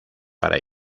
para